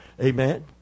Amen